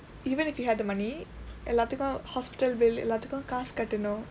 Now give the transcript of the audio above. even if you had the money எல்லாத்துக்கும்:ellatthukkum hospital bill எல்லாத்துக்கும் காசு கட்டணும்:ellatthukkum kaasu kattanum